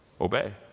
Obey